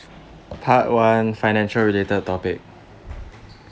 part one financial related topic